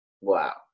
wow